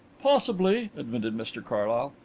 possibly, admitted mr carlyle.